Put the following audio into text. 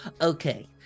Okay